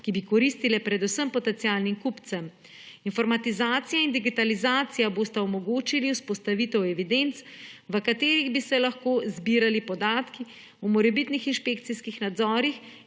ki bi koristile predvsem potencialnim kupcem. Informatizacija in digitalizacija bosta omogočili vzpostavitev evidenc, v katerih bi se lahko zbirali podatki o morebitnih inšpekcijskih nadzorih,